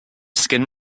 skin